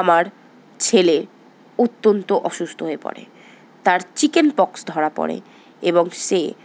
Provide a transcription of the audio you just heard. আমার ছেলে অত্যন্ত অসুস্থ হয়ে পড়ে তার চিকেন পক্স ধরা পড়ে এবং সে